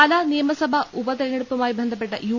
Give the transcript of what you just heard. പാലാ നിയമസഭാ ഉപതെരഞ്ഞെടുപ്പുമായി ബന്ധപ്പെട്ട് യു